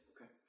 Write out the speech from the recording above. Okay